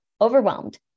overwhelmed